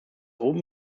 oben